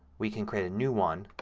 we can create a new one.